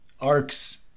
arcs